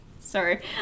Sorry